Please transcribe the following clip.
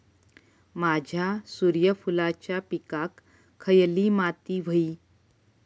माझ्या सूर्यफुलाच्या पिकाक खयली माती व्हयी?